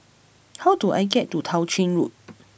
how do I get to Tao Ching Road